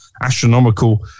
astronomical